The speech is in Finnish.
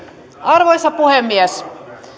arvoisa puhemies